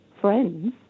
friends